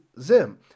Zim